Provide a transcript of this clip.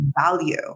value